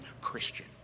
Christian